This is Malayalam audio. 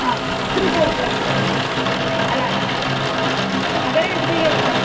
അത് ഇത്തിരി കൂടുതൽ എടുക്കാം അല്ല അത് ഒരു അഞ്ച് കിലോ എടുക്കാം